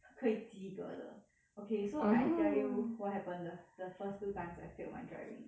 可以及格的 okay so I tell you what happened the first two times I failed my driving